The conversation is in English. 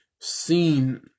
seen